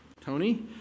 Tony